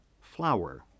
flower